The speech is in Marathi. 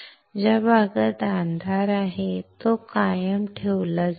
ज्या भागात अंधार आहे तो कायम ठेवला जाईल